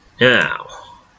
Now